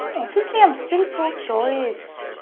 obviously um still pro-choice.